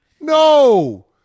No